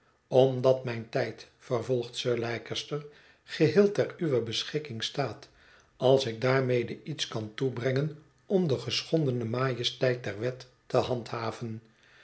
omdat mijn tijd vervolgt sir leicester geheel ter uwer beschikking staat als ik daarmede iets kan toebrengen om de geschondene majesteit der wet te handhaven